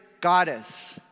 goddess